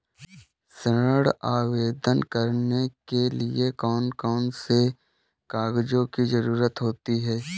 ऋण आवेदन करने के लिए कौन कौन से कागजों की जरूरत होती है?